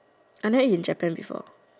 I never eat in Japan before